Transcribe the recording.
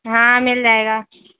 ہاں مل جائے گا